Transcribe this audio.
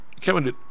Kevin